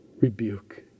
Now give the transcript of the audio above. rebuke